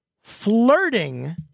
flirting